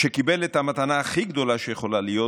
שקיבל את המתנה הכי גדולה שיכולה להיות,